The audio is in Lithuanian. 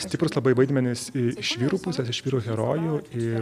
stiprūs labai vaidmenys iš vyrų pusės iš vyrų herojų ir